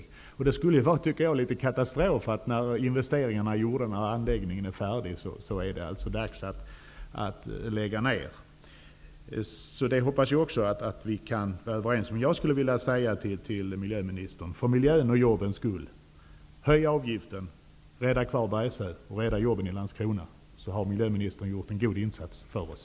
Jag tycker att det skulle vara litet av en katastrof att det, när investeringarna är gjorda och anläggningen färdig, är dags att lägga ned verksamheten. Det hoppas jag också att vi kan vara överens om. Jag skulle vilja säga till miljöministern, för miljöns och jobbens skull: Höj avgiften, rädda Bergsöe och rädda jobben i Landskrona! Då har miljöministern gjort en god insats för oss.